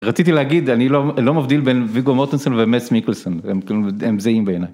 רציתי להגיד, אני לא מבדיל בין ויגו מוטנסון ומס מיקלסון, הם זהים בעייני.